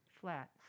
flat